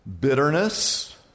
bitterness